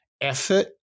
effort